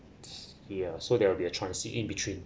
ya so there will be a transit in between